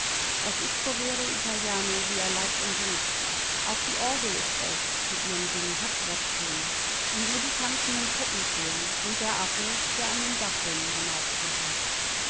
es ist povero italiano wie er leibt und lebt auch die orgel ist echt mit ihren dünnen hackbrettönen und nur die tanzenden puppen fehlen und der affe der an den dachrinnen